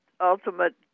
Ultimate